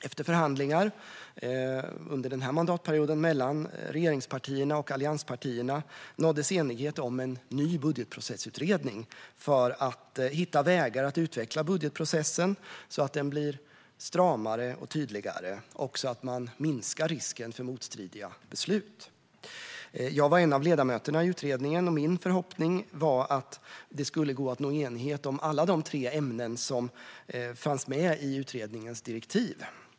Efter förhandlingar under den här mandatperioden mellan regeringspartierna och allianspartierna nåddes enighet om en ny budgetprocessutredning för att hitta vägar att utveckla budgetprocessen så att den blir stramare och tydligare så att man minskar risken för motstridiga beslut. Jag var en av ledamöterna i utredningen, och min förhoppning var att det skulle gå att nå enighet om alla de tre ämnen som fanns med i utredningens direktiv.